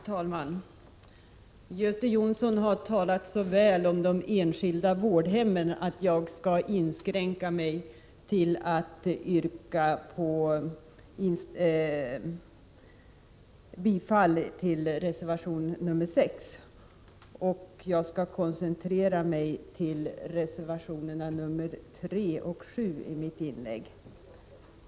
Herr talman! Göte Jonsson talade så väl om de enskilda vårdhemmen att jag skall inskränka mig till att yrka bifall till reservation 6 och koncentrera mig till reservationerna 3 och 7 i mitt inlägg.